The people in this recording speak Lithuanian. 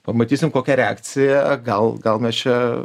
pamatysim kokia reakcija gal gal mes čia